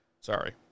Sorry